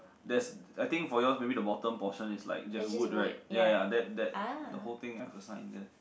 that's I think for you all maybe the bottom portion there's wood right ya ya that that the whole thing emphasize is it